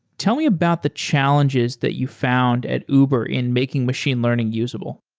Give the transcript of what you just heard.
tell me about the challenges that you found at uber in making machine learning usable.